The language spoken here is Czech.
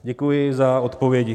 Děkuji za odpovědi.